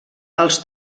els